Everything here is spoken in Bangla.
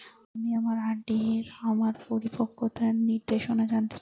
আমি আমার আর.ডি এর আমার পরিপক্কতার নির্দেশনা জানতে চাই